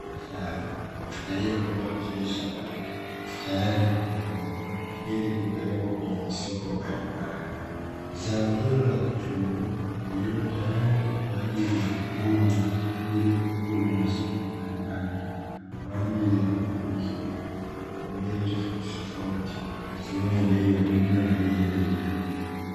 Mazao ya biashara yaliyokomaa vizuri shambani, tayari kwa kuvunwa ili kupelekwa kwenye masoko mbalimbali. Zao hilo la kitunguu lililo tayari kwa ajili ya kuvunwa, ili kupelekwa kwenye masoko mbalimbali kwa ajili ya kuuzwa kwa bei tofauti tofauti, ikiwemo bei ya jumla na bei ya rejareja.